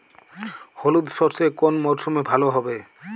হলুদ সর্ষে কোন মরশুমে ভালো হবে?